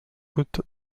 route